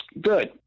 Good